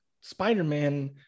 spider-man